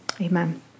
amen